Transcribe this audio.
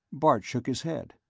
bart shook his head.